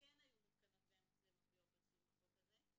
כן היו מותקנות בהן מצלמות ביום פרסום החוק הזה,